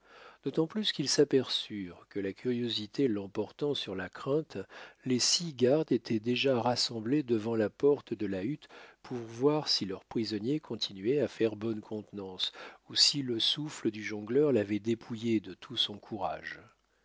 d'autant plus qu'ils s'aperçurent que la curiosité l'emportant sur la crainte les six gardes étaient déjà rassemblés devant la porte de la hutte pour voir si leur prisonnier continuait à faire bonne contenance ou si le souffle du jongleur l'avait dépouillé de tout son courage